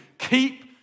Keep